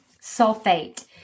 sulfate